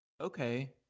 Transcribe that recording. Okay